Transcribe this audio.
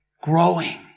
growing